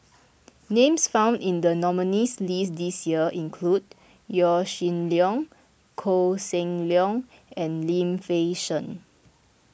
names found in the nominees' list this year include Yaw Shin Leong Koh Seng Leong and Lim Fei Shen